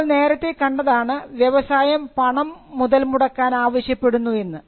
നമ്മൾ നേരത്തെ കണ്ടതാണ് വ്യവസായം പണം മുതൽ മുടക്കാൻ ആവശ്യപ്പെടുന്നു എന്ന്